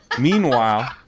Meanwhile